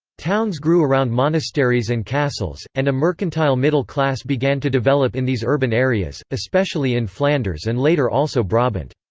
towns grew around monasteries and castles, and a mercantile middle class began to develop in these urban areas, especially in flanders and later also brabant.